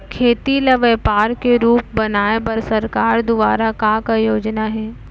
खेती ल व्यापार के रूप बनाये बर सरकार दुवारा का का योजना हे?